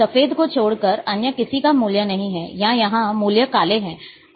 सफ़ेद को छोड़कर अन्य किसी का मूल्य नहीं हैं या यहाँ मूल्य काले हैं